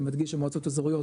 אני מדגיש מועצות אזוריות